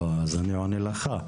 לא, אז אני עונה לך.